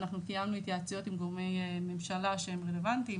קיימנו התייעצויות עם גורמי ממשלה רלוונטיים,